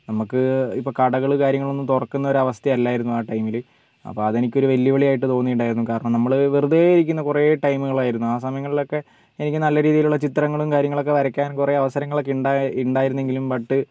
നമുക്ക് ഇപ്പം കടകൾ കാര്യങ്ങള് ഒന്നും തുറക്കുന്ന ഒരു അവസ്ഥയല്ലായിരുന്നു ആ ടൈമിൽ അപ്പം അത് എനിക്കൊരു വെല്ലുവിളി ആയിട്ട് തോന്നിയിട്ടുണ്ടായിരുന്നു കാരണം നമ്മള് വെറുതെ ഇരിക്കുന്ന കുറേ ടൈമുകളായിരുന്നു ആ സമയങ്ങളില് ഒക്കെ എനിക്ക് നല്ല രീതിയിയിലുള്ള ചിത്രങ്ങളും കാര്യങ്ങളൊക്കെ വരയ്ക്കാനും കുറേ അവസരങ്ങളൊക്കെ ഉണ്ടായി ഉണ്ടായിരുന്നെങ്കിലും ബട്ട്